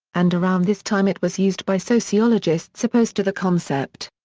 and around this time it was used by sociologists opposed to the concept.